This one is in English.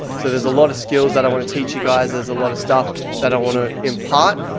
so there's a lot of skills that i want to teach you guys. there's a lot of stuff that i want to impart.